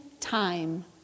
time